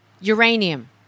Uranium